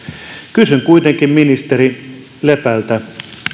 kysyn kuitenkin ministeri lepältä